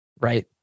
right